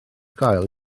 gael